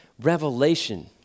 revelation